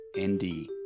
ND